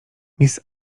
miss